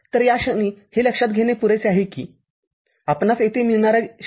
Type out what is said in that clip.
तर याक्षणी हे लक्षात घेणे पुरेसे आहे की आपणास येथे मिळणाऱ्या ०